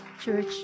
Church